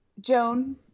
Joan